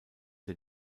der